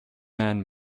man